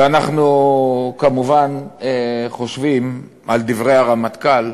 ואנחנו כמובן חושבים על דברי הרמטכ"ל,